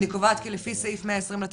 אני קובעת כי לפי סעיף 120 לתקנון,